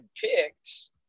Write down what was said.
picks